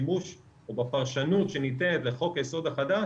ובשימוש או בפרשנות שניתנת לחוק היסוד החדש,